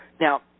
Now